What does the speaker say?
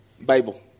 Bible